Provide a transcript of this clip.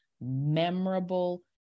memorable